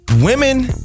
Women